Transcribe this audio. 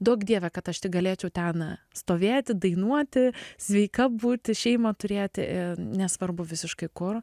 duok dieve kad aš tik galėčiau ten stovėti dainuoti sveika būti šeimą turėti nesvarbu visiškai kur